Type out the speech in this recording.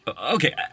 okay